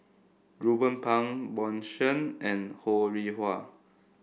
Ruben Pang Bjorn Shen and Ho Rih Hwa